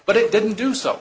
but it didn't do so